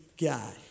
guy